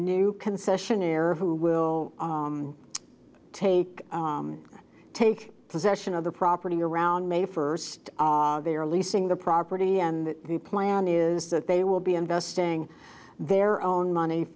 new concessionaire who will take take possession of the property around may first they are leasing the property and the plan is that they will be investing their own money